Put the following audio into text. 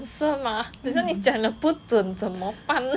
因为我要 answer mah 等一下你讲的不准怎么办